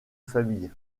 famille